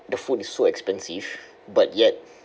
the food is so expensive but yet